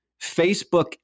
Facebook